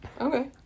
Okay